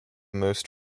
most